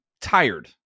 tired